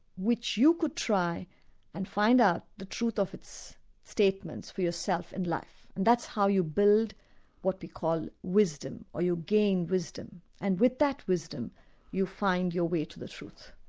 which you could try and find out the truth of its statements for yourself and life. and that's how you build what we call wisdom, or you gain wisdom. and with that wisdom you find your way to the truth.